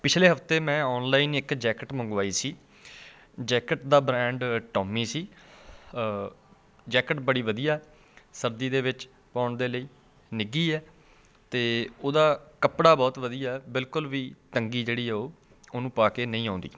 ਪਿਛਲੇ ਹਫ਼ਤੇ ਮੈਂ ਔਨਲਾਈਨ ਇੱਕ ਜੈਕਟ ਮੰਗਵਾਈ ਸੀ ਜੈਕਟ ਦਾ ਬ੍ਰੈਂਡ ਟੋਮੀ ਸੀ ਜੈਕਟ ਬੜੀ ਵਧੀਆ ਸਰਦੀ ਦੇ ਵਿੱਚ ਪਾਉਣ ਦੇ ਲਈ ਨਿੱਘੀ ਹੈ ਅਤੇ ਉਹਦਾ ਕੱਪੜਾ ਬਹੁਤ ਵਧੀਆ ਬਿਲਕੁਲ ਵੀ ਤੰਗੀ ਜਿਹੜੀ ਉਹ ਉਹਨੂੰ ਪਾ ਕੇ ਨਹੀਂ ਆਉਂਦੀ